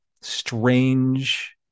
strange